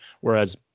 Whereas